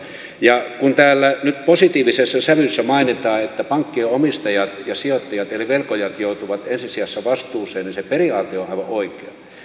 ja kun täällä nyt positiivisessa sävyssä mainitaan että pankkien omistajat ja sijoittajat eli velkojat joutuvat ensi sijassa vastuuseen niin se periaate on aivan oikea